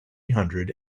hundred